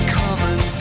common